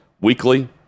weekly